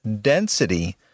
density